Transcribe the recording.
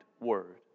Word